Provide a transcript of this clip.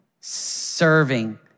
serving